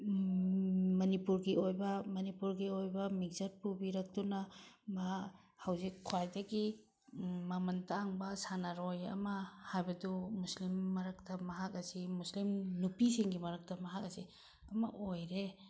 ꯃꯅꯤꯄꯨꯔꯒꯤ ꯑꯣꯏꯕ ꯃꯅꯤꯄꯨꯔꯒꯤ ꯑꯣꯏꯕ ꯃꯤꯡꯆꯠ ꯄꯨꯕꯤꯔꯛꯇꯨꯅ ꯃꯍꯥꯛ ꯍꯧꯖꯤꯛ ꯈ꯭ꯋꯥꯏꯗꯒꯤ ꯃꯃꯜ ꯇꯥꯡꯕ ꯁꯥꯟꯅꯔꯣꯏ ꯑꯃ ꯍꯥꯏꯕꯗꯨ ꯃꯨꯁꯂꯤꯝ ꯃꯔꯛꯇ ꯃꯍꯥꯛ ꯑꯁꯤ ꯃꯨꯁꯂꯤꯝ ꯅꯨꯄꯤꯁꯤꯡꯒꯤ ꯃꯔꯛꯇ ꯃꯍꯥꯛ ꯑꯁꯤ ꯑꯃ ꯑꯣꯏꯔꯦ